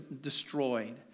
destroyed